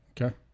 Okay